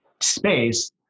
space